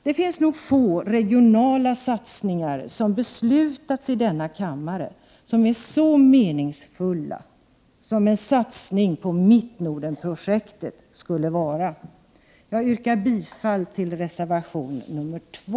Det finns nog få regionala satsningar vilka det beslutats om i denna kammare som är så meningsfulla som en satsning på Mittnordenprojektet skulle vara. Herr talman! Jag yrkar bifall till reservation 2.